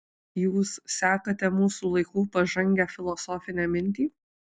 jūs sekate mūsų laikų pažangią filosofinę mintį